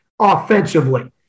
offensively